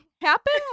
happen